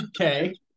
Okay